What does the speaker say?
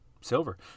silver